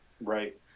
Right